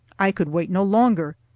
i could wait no longer,